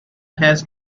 has